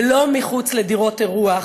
ולא מחוץ לדירות אירוח,